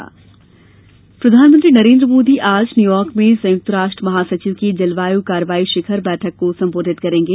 शिखर बैठक प्रधानमंत्री नरेन्द्र मोदी आज न्यूयॉर्क में संयुक्त राष्ट्र महासचिव की जलवायू कार्रवाई शिखर बैठक को संबोधित करेंगे